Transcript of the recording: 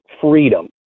freedom